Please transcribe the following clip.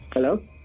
Hello